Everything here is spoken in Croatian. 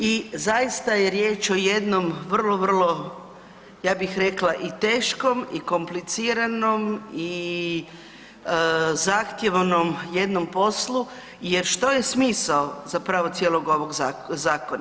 I zaista je riječ o jednom vrlo, vrlo, ja bih rekla i teškom i kompliciranom i zahtjevnom jednom poslu jer što je smisao zapravo cijelog ovog zakona?